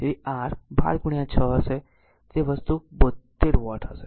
તેથી તે r 12 6 હશે r વસ્તુ તે 72 વોટ હશે